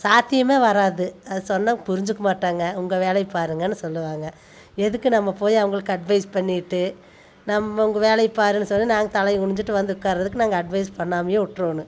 சாத்தியமே வராது அது சொன்னால் புரிஞ்சுக்க மாட்டாங்க உங்கள் வேலையை பாருங்கள்ன்னு சொல்வாங்க எதுக்கு நம்ம போய் அவங்களுக்கு அட்வைஸ் பண்ணிட்டு நம்ம உங்கள் வேலையை பாருன்னு சொல்லி நாங்கள் தலையை குனிஞ்சுட்டு வந்து உட்கார்றதுக்கு நாங்கள் அட்வைஸ் பண்ணாமலேயே விட்ருவோனு